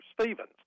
Stevens